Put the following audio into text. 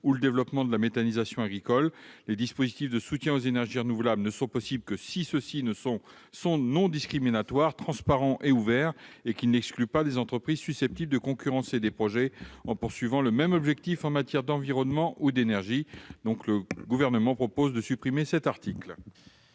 ou le développement de la méthanisation agricole. Les dispositifs de soutien aux énergies renouvelables ne sont possibles qu'à la condition d'être non discriminatoires, transparents et ouverts et de ne pas exclure les entreprises susceptibles de concurrencer des projets en poursuivant le même objectif en matière d'environnement ou d'énergie. Pour ces raisons, le Gouvernement demande la suppression de cet article.